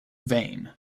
vain